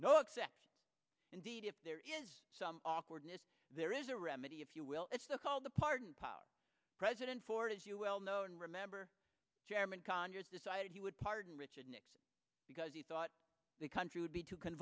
though except indeed if there is some awkwardness there is a remedy if you will it's the called the pardon power president ford as you well know and remember chairman conyers decided he would pardon richard nixon because he thought the country would be too c